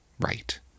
right